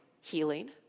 healing